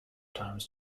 times